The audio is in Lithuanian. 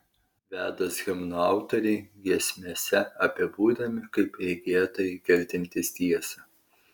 vedos himnų autoriai giesmėse apibūdinami kaip regėtojai girdintys tiesą